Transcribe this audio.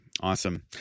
Awesome